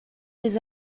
des